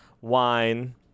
wine